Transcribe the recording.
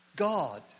God